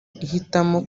ihitamo